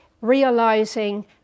realizing